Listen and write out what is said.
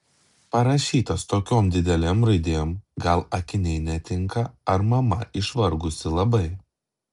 parašytas tokiom didelėm raidėm gal akiniai netinka ar mama išvargusi labai